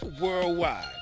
worldwide